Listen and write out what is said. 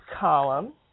column